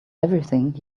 everything